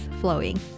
flowing